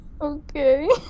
Okay